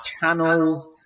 channels